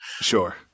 Sure